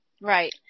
Right